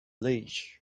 leash